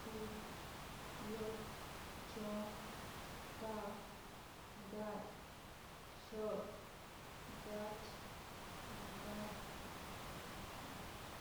Tu, diop, chon, tap, gay, shop, gach, gal,